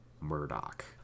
Murdoch